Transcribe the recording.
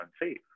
unsafe